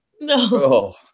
No